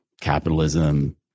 capitalism